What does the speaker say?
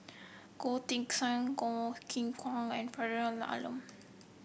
Goh Teck Sian Goh Qiu Bin and Faridah Hanum